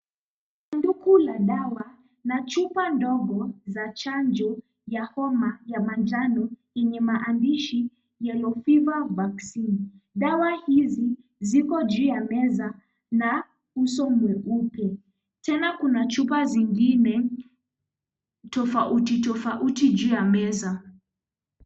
Sanduku la dawa na chupa ndogo za chanjo ya homa ya manjano yenye maandishi yellow fever vaccine , dawa hizi ziko juu ya meza na uso mweupe, tena kuna chupa zingine tofauti tofauti juu ya meza.